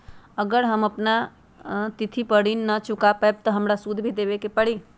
अगर हम अपना तिथि पर ऋण न चुका पायेबे त हमरा सूद भी देबे के परि?